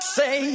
say